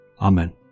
Amen